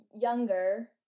younger